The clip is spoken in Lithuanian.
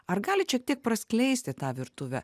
ar galit šiek tiek praskleisti tą virtuvę